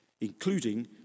including